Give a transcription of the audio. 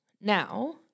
Now